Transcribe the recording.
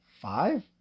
Five